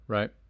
Right